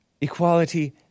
Equality